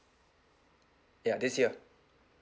ya this year